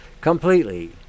completely